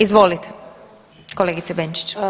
Izvolite kolegice Benčić.